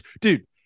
Dude